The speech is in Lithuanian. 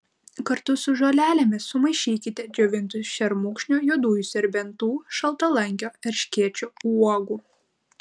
kartu su žolelėmis sumaišykite džiovintų šermukšnio juodųjų serbentų šaltalankio erškėčio uogų